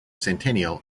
centennial